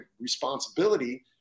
responsibility